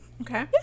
Okay